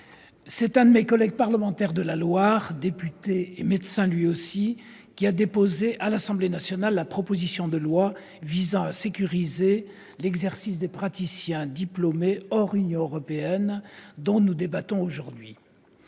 c'est un de mes collègues parlementaires de la Loire, député, et médecin lui aussi, qui a déposé à l'Assemblée nationale la proposition de loi visant à sécuriser l'exercice des praticiens diplômés hors Union européenne dont nous débattons aujourd'hui.